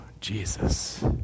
Jesus